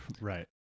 Right